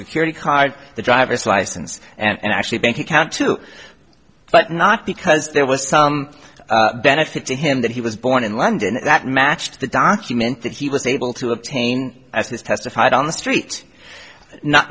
security card the driver's license and actually bank account too but not because there was some benefit to him that he was born in london that matched the document that he was able to obtain as his testified on the street not